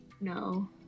No